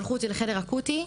שלחו אותי לחדר אקוטי,